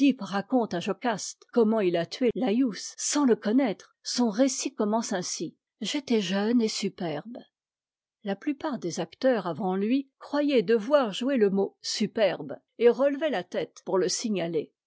oedipe raconte à jocaste comment il a tué laïus sans ie connaître son récit commence ainsi e emme et superbe la plupart des acteurs avant lui croyaient devoir jouer le mot superbe et relevaient la tête pour le signaler